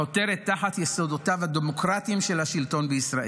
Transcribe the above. החותרת תחת יסודותיו הדמוקרטיים של השלטון בישראל?